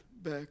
back